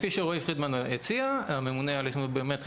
כפי שהציע רועי פרידמן הממונה על היישומים הביומטריים,